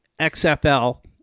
XFL